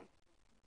כן.